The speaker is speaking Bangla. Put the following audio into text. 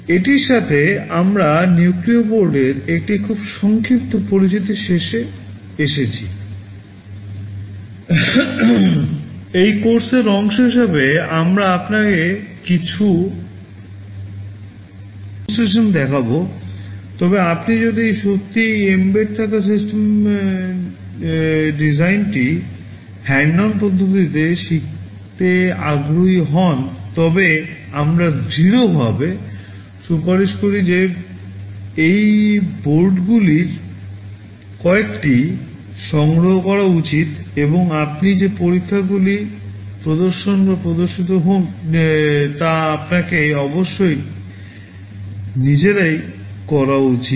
এটির সাথে আমরা নিউক্লিয়ার বোর্ডে পদ্ধতিতে শিখতে আগ্রহী হন তবে আমরা দৃঢ় ভাবে সুপারিশ করি যে এই বোর্ডগুলির কয়েকটি সংগ্রহ করা উচিত এবং আপনি যে পরীক্ষাগুলি প্রদর্শন বা প্রদর্শিত হোক তা আপনাদের অবশ্যই নিজেরাই করা উচিত